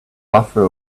buffer